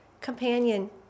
companion